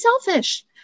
selfish